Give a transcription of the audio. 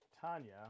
Tanya